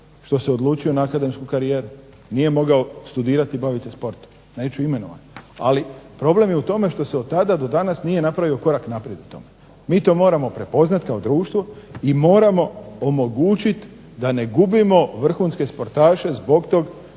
što se odlučio na akademsku karijeru, nije mogao studirati i baviti se sportom, neću imenovati, ali problem je u tome što se od tada do danas nije napravio korak naprijed u tome. Mi to moramo prepoznati kao društvo, i moramo omogućiti da ne gubimo vrhunske sportaše zbog tog